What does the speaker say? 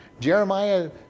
Jeremiah